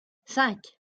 cinq